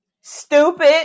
Stupid